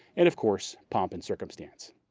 and of course pomp and circumstance.